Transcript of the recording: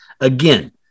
Again